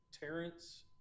Terrence